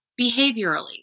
behaviorally